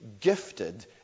gifted